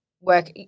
work